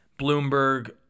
Bloomberg